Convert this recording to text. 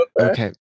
Okay